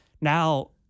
Now